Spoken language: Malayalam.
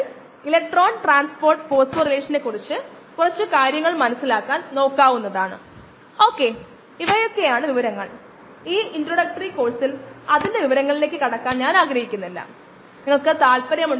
അവയെ ന്യൂബാവർ ചേമ്പറുകൾ ഹീമോസൈറ്റോമീറ്ററുകൾ എന്ന് വിളിക്കുന്നു കൂടാതെ ഒരു പ്രത്യേക അളവിലുള്ള കോശങ്ങളുടെ എണ്ണം നമുക്ക് വിശ്വസനീയമായി അളക്കാൻ കഴിയുന്ന വഴികളുണ്ട് അതിനാൽ കോശങ്ങളുടെ